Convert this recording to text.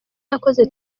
yakoze